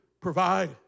provide